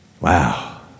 Wow